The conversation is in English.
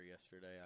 yesterday